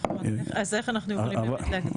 אז איך אנחנו יכולים באמת להקדים?